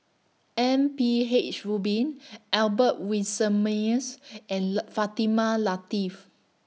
M P H Rubin Albert Winsemius and Fatimah Lateef